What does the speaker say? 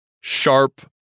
sharp